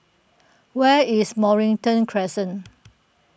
where is Mornington Crescent